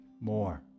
more